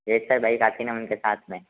racer bike आती है न उसके साथ में